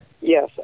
Yes